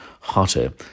hotter